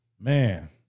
Man